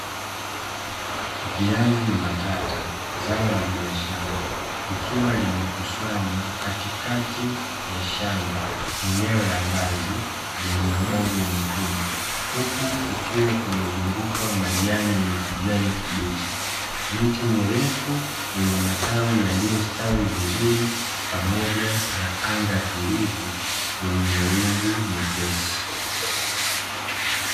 Viazi mbatata zao la biashara, likiwa limekusanywa katikati ya shamba, eneo la wazi lenye udongo mwekundu, huku kukiwa kumezungukwa majani yenye kijani kibichi, miti mirefu yenye matawi yaliyostawi vizuri, pamoja na anga tulivu lenye mawingu mepesi.